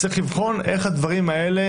איך הדברים האלה